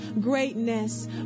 greatness